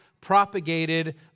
propagated